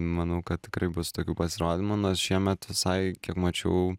manau kad tikrai bus tokių pasirodymų nors šiemet visai kiek mačiau